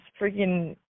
freaking